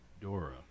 Dora